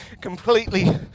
completely